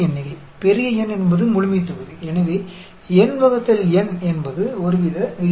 variance S है जो कि कैपिटल S है इस प्रकार से वरियन्स दिया जाता है